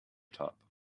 top